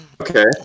Okay